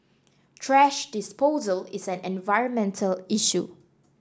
thrash disposal is an environmental issue